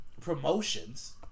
promotions